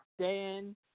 Dan